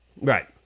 right